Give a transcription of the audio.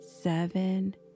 seven